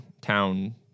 town